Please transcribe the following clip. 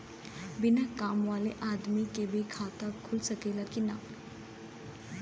बिना काम वाले आदमी के भी खाता खुल सकेला की ना?